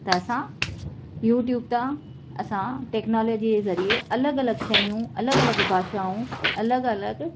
त असां यूट्यूब तव्हां असां टेक्नालोजीअ जे ज़रिये अलॻि अलॻि शयूं अलॻि अलॻि भाषाऊं अलॻि अलॻि